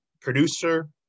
producer